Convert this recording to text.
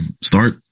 start